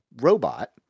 robot